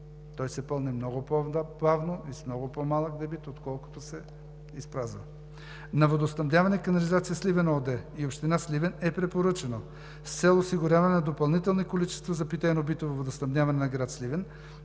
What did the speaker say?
и с много по-малък дебит, отколкото се изпразва. На „Водоснабдяване и канализация – Сливен“ ООД и Община Сливен е препоръчано с цел осигуряване на допълнителни количества за питейно-битово водоснабдяване на град Сливен